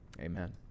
Amen